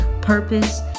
purpose